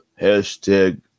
Hashtag